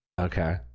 okay